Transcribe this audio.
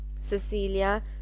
Cecilia